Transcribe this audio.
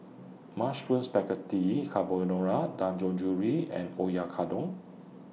Mushroom Spaghetti Carbonara Dangojiru and Oyakodon